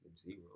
zero